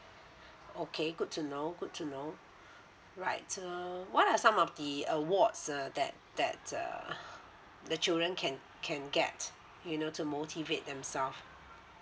okay good to know good to know right um what are some of the awards err that that err the children can can get you know to motivate themselves